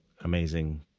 amazing